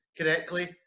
correctly